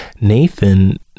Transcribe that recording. Nathan